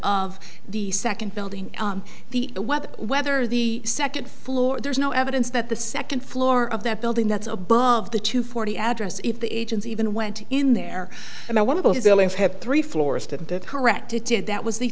of the second building the what whether the second floor there's no evidence that the second floor of that building that's above the two forty address if the agency even went in there and i want to have three floors to correct it did that was the